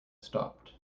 stopped